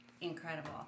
incredible